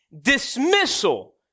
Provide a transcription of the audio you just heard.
dismissal